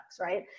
right